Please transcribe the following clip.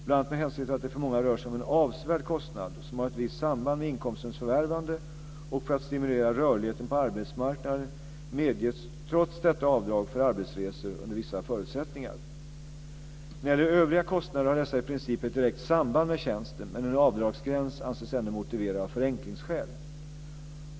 Bl.a. med hänsyn till att det för många rör sig om en avsevärd kostnad som har ett visst samband med inkomstens förvärvande och för att stimulera rörligheten på arbetsmarknaden medges trots detta avdrag för arbetsresor under vissa förutsättningar. När det gäller övriga kostnader har dessa i princip ett direkt samband med tjänsten, men en avdragsgräns anses ändå motiverad av förenklingsskäl.